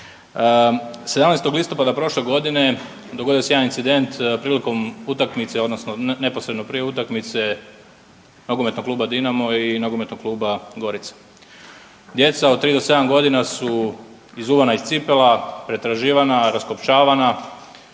17. listopada prošle godine dogodio je jedan incident prilikom utakmice, odnosno neposredno prije utakmice nogometnog kluba Dinamo i nogometnog kluba Gorica. Djeca 3-7 godina su izuvana iz cipela, pretraživana, raskopčavana,